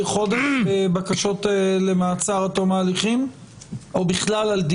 חודש בבקשות למעצר עד תום ההליכים?